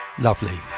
lovely